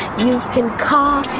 you can call